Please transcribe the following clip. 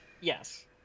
yes